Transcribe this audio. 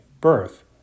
birth